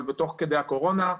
אבל תוך כדי הקורונה.